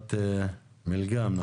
חברת מילגם.